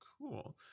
cool